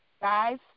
guys